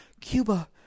Cuba